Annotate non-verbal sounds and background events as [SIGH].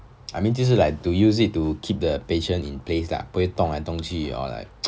I mean 就是 like to use it to keep the patient in place lah 不会动来动去 or like [NOISE]